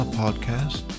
podcast